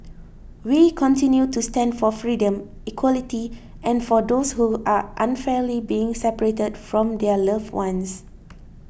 we continue to stand for freedom equality and for those who are unfairly being separated from their loved ones